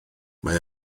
mae